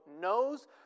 knows